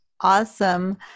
awesome